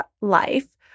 life